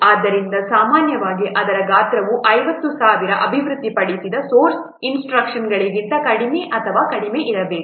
ಆದ್ದರಿಂದ ಸಾಮಾನ್ಯವಾಗಿ ಅದರ ಗಾತ್ರವು 50000 ಅಭಿವೃದ್ಧಿಪಡಿಸಿದ ಸೋರ್ಸ್ ಇನ್ಸ್ಟ್ರಕ್ಷನ್ಗಳಿಗಿಂತ ಕಡಿಮೆ ಅಥವಾ ಕಡಿಮೆ ಇರಬೇಕು